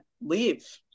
leave